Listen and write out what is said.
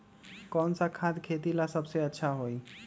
कौन सा खाद खेती ला सबसे अच्छा होई?